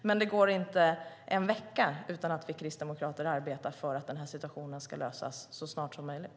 Men det går inte en vecka utan att vi kristdemokrater arbetar för att den här situationen ska lösas så snart som möjligt.